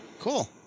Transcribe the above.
Cool